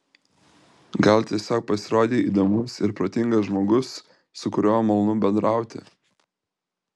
gal tiesiog pasirodei įdomus ir protingas žmogus su kuriuo malonu bendrauti